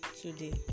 today